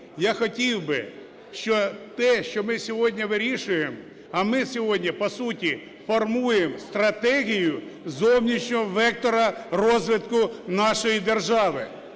я хотів би, що те, що ми сьогодні вирішуємо… А ми сьогодні по суті формуємо стратегію зовнішнього вектора розвитку нашої держави,